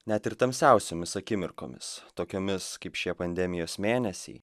net ir tamsiausiomis akimirkomis tokiomis kaip šie pandemijos mėnesiai